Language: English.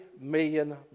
million